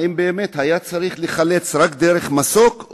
האם באמת היה צריך לחלץ רק באמצעות מסוק?